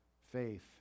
faith